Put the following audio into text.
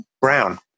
Brown